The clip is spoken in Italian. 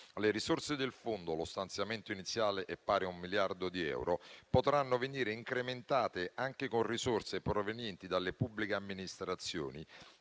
Le risorse del fondo (lo stanziamento iniziale è pari a un miliardo di euro) potranno venire incrementate anche con risorse provenienti dalle pubbliche amministrazioni;